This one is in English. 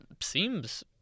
seems